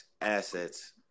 assets